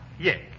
Yes